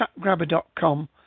chatgrabber.com